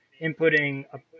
inputting